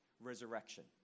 resurrection